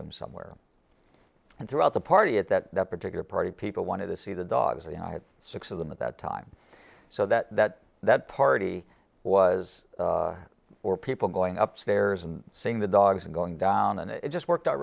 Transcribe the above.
room somewhere and throughout the party at that particular party people wanted to see the dogs and i had six of them at that time so that that that party was or people going up stairs and seeing the dogs going down and it just worked out